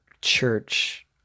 church